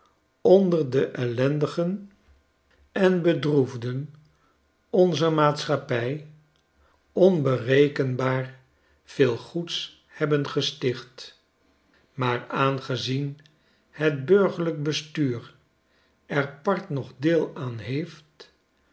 onder de ellendigen en bedroefden onzer maatschappij onberekenbaar veel goeds hebben gesticht maar aangezien het burgerlijk bestuur er part noch deel aan heeft